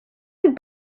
and